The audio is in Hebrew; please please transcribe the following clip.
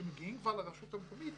כשמגיעים כבר לרשות המקומית,